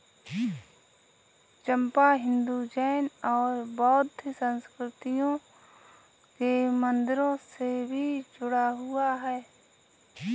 चंपा हिंदू, जैन और बौद्ध संस्कृतियों के मंदिरों से भी जुड़ा हुआ है